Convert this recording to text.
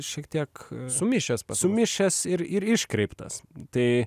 šiek tiek sumišęs sumišęs ir ir iškreiptas tai